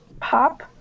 Pop